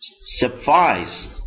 suffice